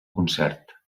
concert